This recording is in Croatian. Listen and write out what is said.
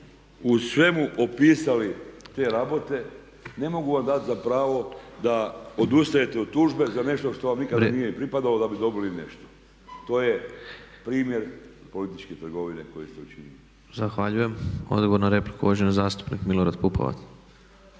u svemu opisali te rabote ne mogu vam dati za pravo da odustajete od tužbe za nešto što vam nikada nije ni pripadalo da bi dobili nešto. To je primjer političke trgovine koju ste učinili. **Tepeš, Ivan (HSP AS)** Zahvaljujem. Odgovor na repliku uvaženi zastupnik Milorad Pupovac.